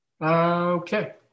Okay